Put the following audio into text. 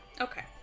okay